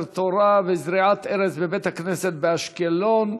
תורה וזריעת הרס בבית-הכנסת באשקלון,